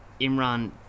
Imran